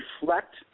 reflect